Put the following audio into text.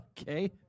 Okay